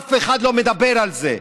אף אחד לא מדבר על זה.